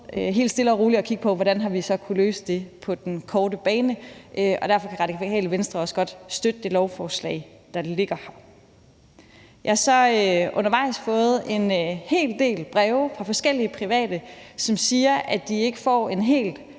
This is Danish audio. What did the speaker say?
helt stille og roligt at kigge på, hvordan vi så har kunnet løse det på den korte bane. Derfor kan Radikale Venstre også godt støtte det lovforslag, der ligger her. Jeg har så undervejs fået en hel del breve fra forskellige private, som siger, at de ikke får en helt